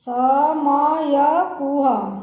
ସମୟ କୁହ